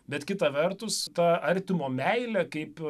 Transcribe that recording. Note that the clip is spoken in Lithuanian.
bet kita vertus tą artimo meilė kaip